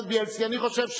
אני אמשיך.